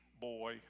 boy